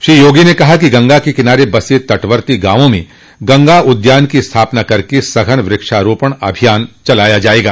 श्री योगी ने कहा कि गंगा के किनारे बसे तटवर्ती गांवों में गंगा उद्यान की स्थापना कर सघन वृक्षारोपण अभियान चलाया जायेगा